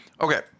Okay